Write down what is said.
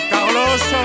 Carlos